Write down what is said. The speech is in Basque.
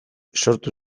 sortu